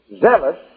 zealous